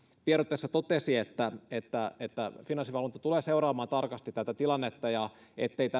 tiedotteessaan totesi että että finanssivalvonta tulee seuraamaan tarkasti tätä tilannetta etteivät